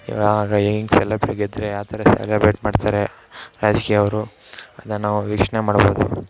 ಇವಾಗ ಏನು ಸೆಲಬ್ರ್ ಗೆದ್ದರೆ ಆ ಥರ ಸೆಲಬ್ರೇಟ್ ಮಾಡ್ತಾರೆ ರಾಜಕೀಯ ಅವರು ಅದನ್ನ ನಾವು ವೀಕ್ಷಣೆ ಮಾಡ್ಬೋದು